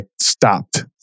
stopped